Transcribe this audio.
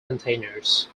containers